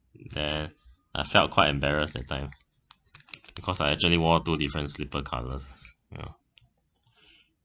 then I felt quite embarrassed that time because I actually wore two different slipper colours ya